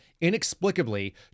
inexplicably